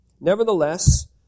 Nevertheless